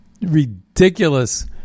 ridiculous